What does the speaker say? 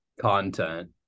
content